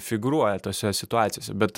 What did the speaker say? figūruoja tose situacijose bet